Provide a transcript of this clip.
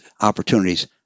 opportunities